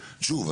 שוב,